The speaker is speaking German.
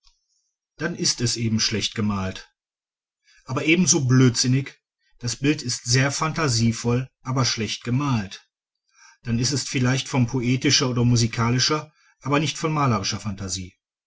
dann ist es eben schlecht gemalt aber ebenso blödsinnig das bild ist sehr phantasievoll aber schlecht gemalt dann ist es vielleicht von poetischer oder musikalischer aber nicht von malerischer phantasie